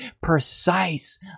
precise